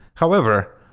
however,